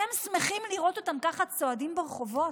אתם שמחים לראות אותם ככה צועדים ברחובות?